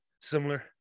similar